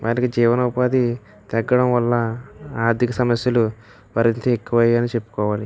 వారికి జీవన ఉపాధి తగ్గడం వల్ల ఆర్థిక సమస్యలు మరింత ఎక్కువ అయ్యాయని చెప్పుకోవాలి